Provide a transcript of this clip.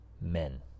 men